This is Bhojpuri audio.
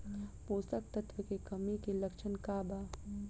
पोषक तत्व के कमी के लक्षण का वा?